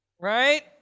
Right